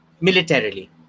Militarily